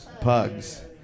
Pugs